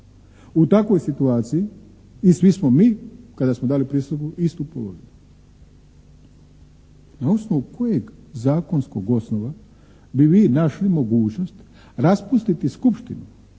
U takvoj situaciji i svi smo mi, kada smo dali prisegu istu položili. Na osnovu kojeg zakonskog osnova bi vi našli mogućnost raspustiti skupštinu